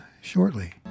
shortly